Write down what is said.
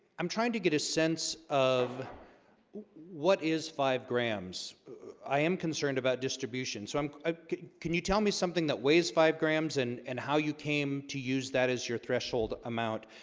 i'm trying to get a sense of what is five grams i am concerned about distribution so i'm i'm can you tell me something that weighs five grams, and and how you came to use that as your threshold amount?